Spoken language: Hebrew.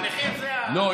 המחיר זה, לא.